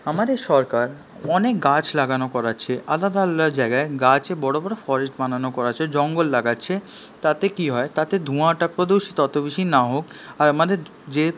আমাদের সরকার অনেক গাছ লাগানো করাচ্ছে আলাদা আলাদা জায়গায় গাছ বড় বড় ফরেস্ট বানানো করা হচ্ছে জঙ্গল লাগাচ্ছে তাতে কী হয় তাতে ধোঁয়াটা প্রদূষিত অত বেশি না হোক আর আমাদের যে